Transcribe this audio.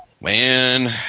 Man